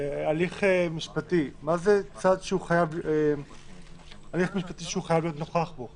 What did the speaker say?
"הליך משפטי שהוא חייב להיות נוכח בו"?